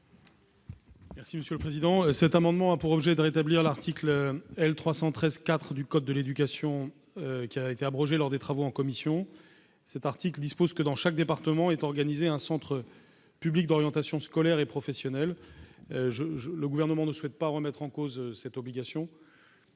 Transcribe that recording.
est à M. le ministre. Cet amendement vise à rétablir l'article L. 313-4 du code de l'éducation, qui a été abrogé lors des travaux en commission. Cet article prévoit qu'est organisé dans chaque département un centre public d'orientation scolaire et professionnelle. Le Gouvernement ne souhaite pas remettre en cause cette obligation,